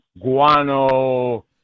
guano